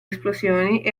esplosioni